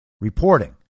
reporting